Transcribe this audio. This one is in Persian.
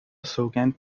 سوگند